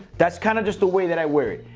that's kind of just the way that i wear it.